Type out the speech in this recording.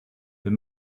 they